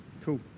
cool